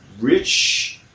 Rich